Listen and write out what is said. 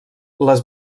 les